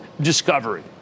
discovery